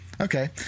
Okay